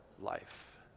life